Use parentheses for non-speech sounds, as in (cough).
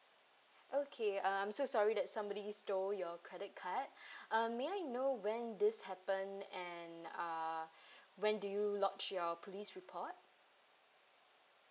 okay uh I'm so sorry that somebody stole your credit card (breath) um may I know when this happened and uh (breath) when do you lodge your police report